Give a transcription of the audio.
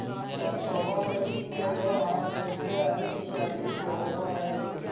सरसोबा मे की कैलो हारबेसटर की अधिक होब है?